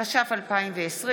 התש"ף 2020,